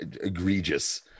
egregious